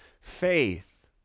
faith